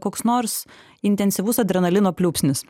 koks nors intensyvus adrenalino pliūpsnis